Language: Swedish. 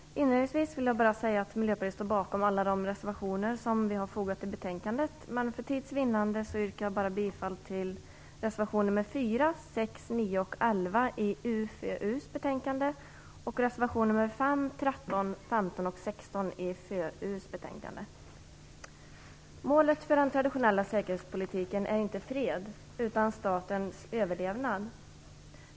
Fru talman! Inledningsvis vill jag bara säga att Miljöpartiet står bakom alla de reservationer som vi har fogat till betänkandet. Men för tids vinnande yrkar jag bifall bara till reservationerna 4, 6, 9 och 11 i utrikes och försvarsutskottets betänkande 1 och till reservationerna 5, 13, 15 och 16 i försvarsutskottets betänkande 1. Målet för den traditionella säkerhetspolitiken är inte fred utan statens överlevnad.